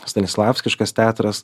stanislavskiškas teatras